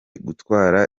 gutwara